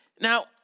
Now